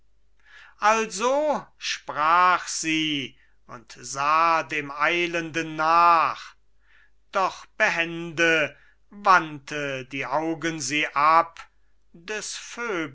also sprach sie und sah dem eilenden nach doch behende wandte die augen sie ab des